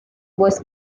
was